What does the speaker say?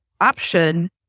option